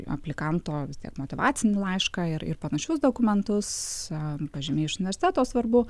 aplikanto vis tiek motyvacinį laišką ir ir panašius dokumentus a pažymiai iš universiteto svarbu